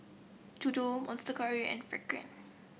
Dodo Monster Curry and Frixion